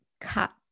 cut